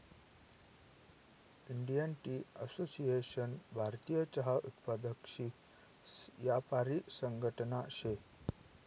Indian tea association भारतीय चहा उत्पादकसनी यापारी संघटना शे